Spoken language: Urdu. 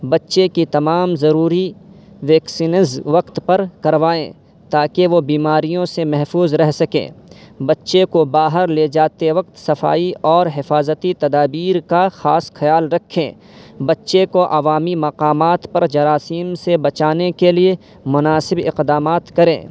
بچے کی تمام ضروری ویکسینز وقت پر کروائیں تاکہ وہ بیماریوں سے محفوظ رہ سکیں بچے کو باہر لے جاتے وکت صفائی اور حفاظتی تدابیر کا خاص خیال رکھیں بچے کو عوامی مقامات پر جراثیم سے بچانے کے لیے مناسب اقدامات کریں